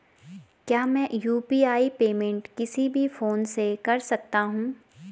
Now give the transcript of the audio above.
क्या मैं UPI payment किसी भी फोन से कर सकता हूँ?